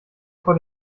vor